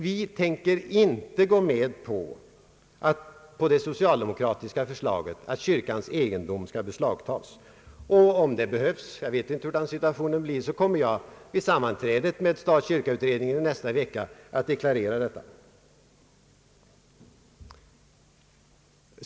Vi tänker inte gå med på det socialdemokratiska förslaget att kyrkans egendom skall beslagtas. Om det behövs — jag vet inte hur situationen kommer att gestalta sig — kommer jag vid sammanträdet med kyrka-statutredningen i nästa vecka att deklarera detta.